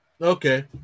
okay